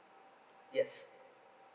yes